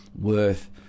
worth